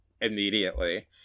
immediately